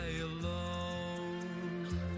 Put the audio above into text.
alone